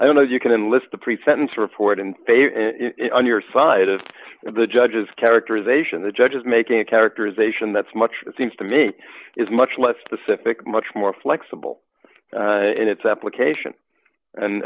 i don't know if you can enlist the pre sentence report in on your side of the judge's characterization the judge is making a characterization that's much it seems to me is much less specific much more flexible in its application and